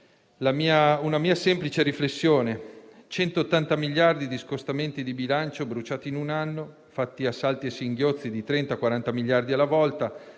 una mia semplice riflessione: 180 miliardi di scostamenti di bilancio bruciati in un anno, fatti a salti e singhiozzi di 30-40 miliardi alla volta;